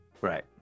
Right